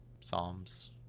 Psalms